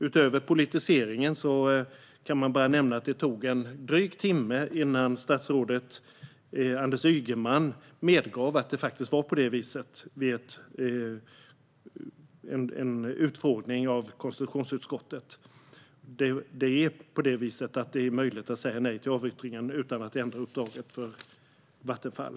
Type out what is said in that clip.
Utöver politiseringen kan nämnas att det tog drygt en timme innan statsrådet Mikael Damberg vid en utfrågning i KU medgav att det var möjligt att säga nej till avyttringen utan att ändra uppdraget för Vattenfall.